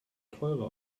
teurer